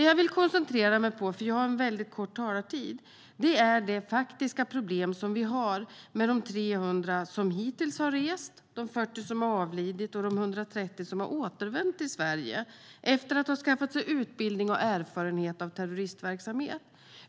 Jag vill koncentrera mig på det faktiska problem vi har med de 300 som hittills har rest, de 40 som har avlidit och de 130 som har återvänt till Sverige efter att ha skaffat sig utbildning och erfarenhet av terroristverksamhet.